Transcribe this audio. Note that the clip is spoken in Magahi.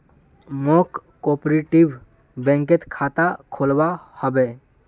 मौक कॉपरेटिव बैंकत खाता खोलवा हबे